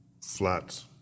flats